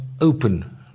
open